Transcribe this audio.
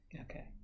Okay